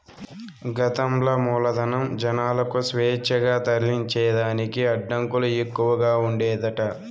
గతంల మూలధనం, జనాలకు స్వేచ్ఛగా తరలించేదానికి అడ్డంకులు ఎక్కవగా ఉండేదట